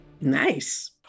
Nice